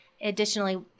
Additionally